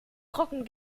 trocken